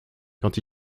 quand